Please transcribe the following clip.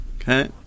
okay